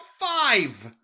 five